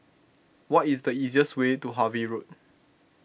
what is the easiest way to Harvey Road